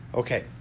okay